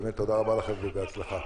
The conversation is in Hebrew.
תודה רבה לכם, ובהצלחה.